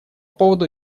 поводу